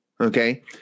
Okay